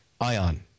ION